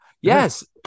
yes